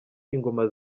ingoma